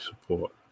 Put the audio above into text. support